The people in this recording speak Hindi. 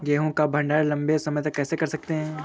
गेहूँ का भण्डारण लंबे समय तक कैसे कर सकते हैं?